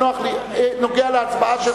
נוגע להצבעה שלי.